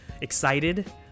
excited